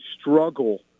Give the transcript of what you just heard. struggle